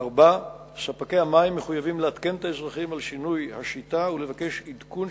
1. האם נכון הדבר?